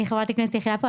אני חברת הכנסת היחידה פה,